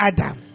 Adam